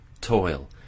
toil